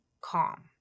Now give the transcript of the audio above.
calm